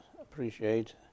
appreciate